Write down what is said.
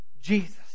Jesus